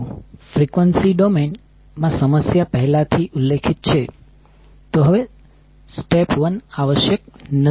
જો frequency domain માં સમસ્યા પહેલાથી ઉલ્લેખિત છે તો હવે સ્ટેપ 1 આવશ્યક નથી